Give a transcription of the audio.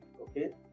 okay